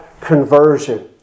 conversion